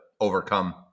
overcome